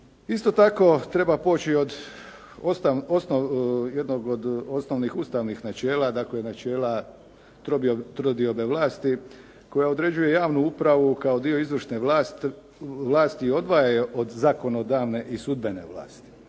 Isto tako, treba poći od jednog od osnovnih ustavnih načela dakle načela trodiobe vlasti koja određuje javnu upravu kao dio izvršne vlasti i odvaja je od zakonodavne i sudbene vlasti.